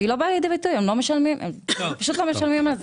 והיא לא באה לידי ביטוי; הם לא משלמים על זה.